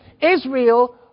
Israel